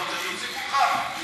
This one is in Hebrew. אני שוב פונה לחבר הכנסת קיש.